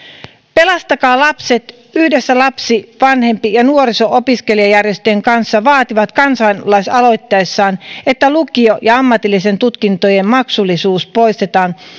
pelastakaa lapset yhdessä lapsi vanhempain nuoriso ja opiskelijajärjestöjen kanssa vaatii kansalaisaloitteessaan että lukio ja ammatillisen tutkintojen maksullisuus poistetaan